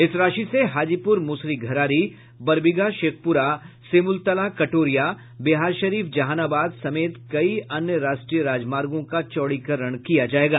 इस राशि से हाजीपुर मुसरीघरारी बडी बरबीघा शेखप्रा सिमुलतला कटोरिया बिहारशरीफ जहानाबाद समेत कई अन्य राष्ट्रीय राजमार्गों का चौड़ीकरण किया जायेगा